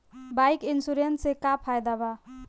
Bike insurance से का फायदा बा?